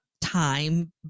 time